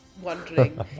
wondering